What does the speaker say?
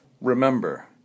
Remember